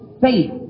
faith